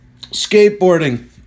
Skateboarding